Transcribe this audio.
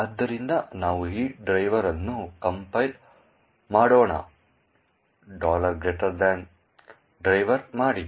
ಆದ್ದರಿಂದ ನಾವು ಈ ಡ್ರೈವರ್ ಅನ್ನು ಕಂಪೈಲ್ ಮಾಡೋಣ ಡ್ರೈವರ್ ಮಾಡಿ